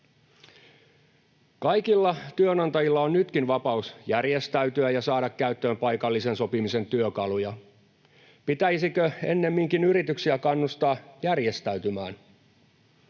Kaikilla työnantajilla on nytkin vapaus järjestäytyä ja saada käyttöön paikallisen sopimisen työkaluja. Pitäisikö ennemminkin yrityksiä kannustaa järjestäytymään?